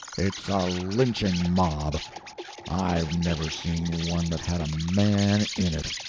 it's a lynching mob i've never seen one that had a man in it.